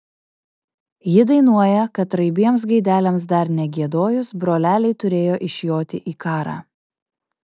ji dainuoja kad raibiems gaideliams dar negiedojus broleliai turėjo išjoti į karą